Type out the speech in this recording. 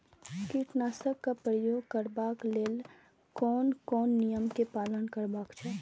कीटनाशक क प्रयोग करबाक लेल कोन कोन नियम के पालन करबाक चाही?